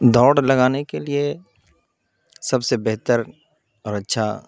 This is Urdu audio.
دوڑ لگانے کے لیے سب سے بہتر اور اچھا